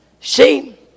See